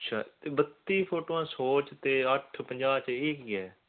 ਅੱਛਾ ਅਤੇ ਬੱਤੀ ਫੋਟੋਆਂ ਸੌ 'ਚ ਅਤੇ ਅੱਠ ਪੰਜਾਹ 'ਚ ਇਹ ਕੀ ਹੈ